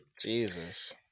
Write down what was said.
Jesus